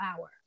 hour